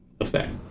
effect